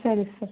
ಸರಿ ಸರ್